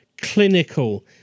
clinical